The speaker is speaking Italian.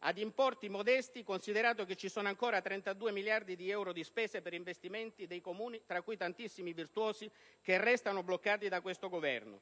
ad importi modesti, considerato che vi sono ancora 32 miliardi di euro di spese per investimenti dei Comuni (tra i quali tantissimi virtuosi) che restano bloccati da questo Governo.